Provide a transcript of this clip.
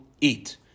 eat